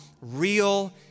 real